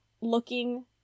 looking